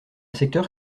secteur